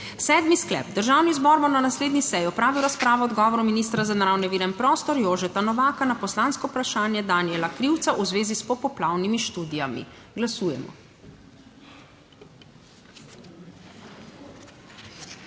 Sedmi sklep: Državni zbor bo na naslednji seji opravil razpravo o odgovoru ministra za naravne vire in prostor Jožeta Novaka na poslansko vprašanje Danijela Krivca v zvezi s popoplavnimi študijami. Glasujemo.